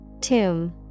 Tomb